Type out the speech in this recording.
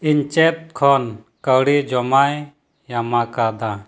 ᱤᱧ ᱪᱮᱫ ᱠᱷᱚᱱ ᱠᱟᱹᱣᱰᱤ ᱡᱚᱢᱟᱧ ᱧᱟᱢᱟᱠᱟᱫᱟ